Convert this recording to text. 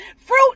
Fruit